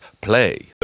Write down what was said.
play